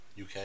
UK